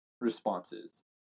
responses